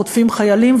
חוטפים חיילים,